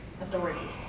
authorities